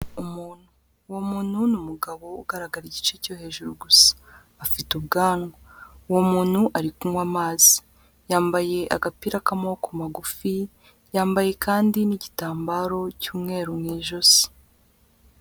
Umuntu. Uwo muntu ni umugabo ugaragara igice cyo hejuru gusa. Afite ubwanwa. Uwo muntu ari kunywa amazi. Yambaye agapira k'amaboko magufi, yambaye kandi n'igitambaro cy'umweru mu ijosi.